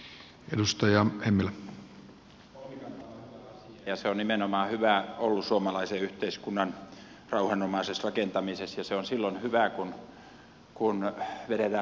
kolmikanta on hyvä asia ja se on ollut nimenomaan hyvä suomalaisen yhteiskunnan rauhanomaisessa rakentamisessa ja se on silloin hyvä kun vedetään suuria linjoja